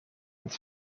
het